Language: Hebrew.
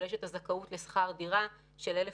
אבל יש את הזכות לשכר דירה בגובה של 1,000